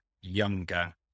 younger